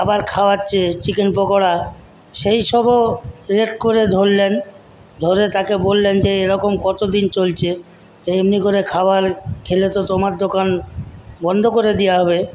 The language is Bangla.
আবার খাওয়াচ্ছে চিকেন পকোড়া সেই সবও রেড করে ধরলেন ধরে তাকে বললেন যে এরকম কতদিন চলছে এমনি করে খাবার খেলে তো তোমার দোকান বন্ধ করে দেওয়া হবে